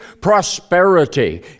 prosperity